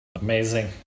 amazing